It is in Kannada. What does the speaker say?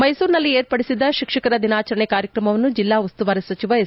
ಮೈಸೂರಿನಲ್ಲಿ ಏರ್ಪಡಿಸಿದ್ದ ಶಿಕ್ಷಕರ ದಿನಾಚರಣೆ ಕಾರ್ಯಕ್ರಮವನ್ನು ಜಿಲ್ಲಾ ಉಸ್ತುವಾರಿ ಸಚಿವ ಎಸ್